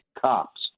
cops